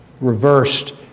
reversed